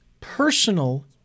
personal